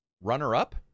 runner-up